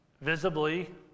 visibly